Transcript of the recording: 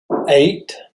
eight